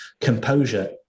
composure